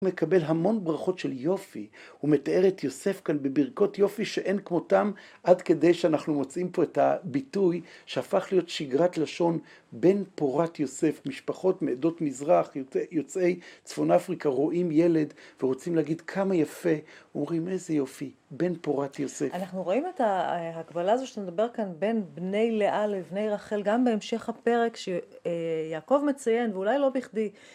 הוא מקבל המון ברכות של יופי, הוא מתאר את יוסף כאן בברכות יופי שאין כמותם, עד כדי שאנחנו מוצאים פה את הביטוי שהפך להיות שגרת לשון "בן פורת יוסף". משפחות מעדות מזרח, יוצאי צפון אפריקה, רואים ילד ורוצים להגיד כמה יפה, אומרים איזה יופי, בין פורת יוסף. אנחנו רואים את הקבלה הזו שאתה מדבר כאן, בין בני לאה לבני רחל, גם בהמשך הפרק שיעקב מציין, ואולי לא בכדי.